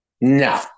no